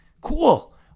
cool